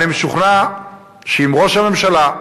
אני משוכנע שאם ראש הממשלה,